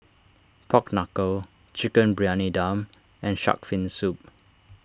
Pork Knuckle Chicken Briyani Dum and Shark's Fin Soup